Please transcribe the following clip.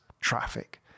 traffic